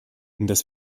das